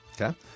Okay